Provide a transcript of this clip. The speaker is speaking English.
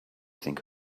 think